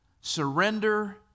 Surrender